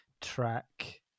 track